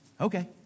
okay